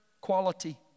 quality